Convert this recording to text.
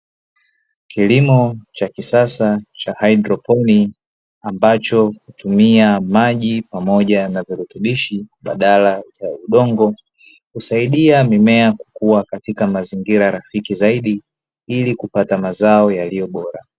Kilimo cha kisasa cha haidroponi ambacho hutumia maji pamoja na virutubishi badala ya udongo, husaidia mimea kukua katika mazingira rafiki zaidi ili kupata mazao yaliyo bora.